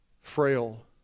frail